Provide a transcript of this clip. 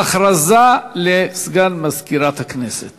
הודעה לסגן מזכירת הכנסת.